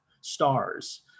stars